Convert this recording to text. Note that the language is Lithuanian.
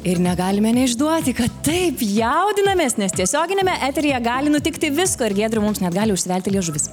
ir negalime neišduoti kad taip jaudinamės nes tiesioginiame eteryje gali nutikti visko ir giedriau mums net gali užsivelti liežuvis